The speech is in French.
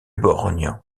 borgne